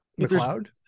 McLeod